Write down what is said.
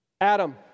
Adam